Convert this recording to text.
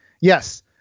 Yes